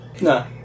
No